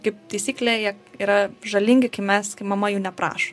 kaip taisyklė jie yra žalingi kai mes kai mama jų neprašo